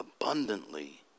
abundantly